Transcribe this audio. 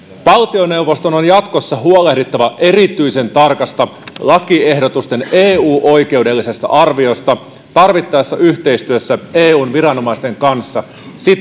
valtioneuvoston on jatkossa huolehdittava erityisen tarkasta lakiehdotusten eu oikeudellisesta arviosta tarvittaessa yhteistyössä eun viranomaisten kanssa